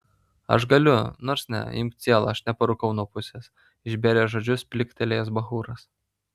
aš galiu nors ne imk cielą aš neparūkau nuo pusės išbėrė žodžius pliktelėjęs bachūras